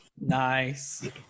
Nice